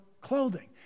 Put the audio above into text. clothing